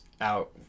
out